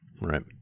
Right